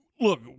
Look